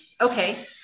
Okay